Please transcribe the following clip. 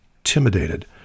intimidated